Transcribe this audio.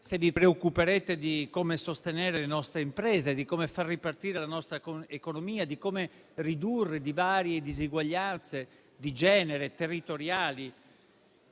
se vi preoccuperete di come sostenere le nostre imprese, di come far ripartire la nostra economia, di come ridurre divari e diseguaglianze di genere e territoriali